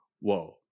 whoa